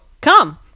Come